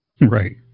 Right